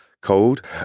code